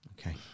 Okay